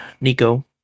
Nico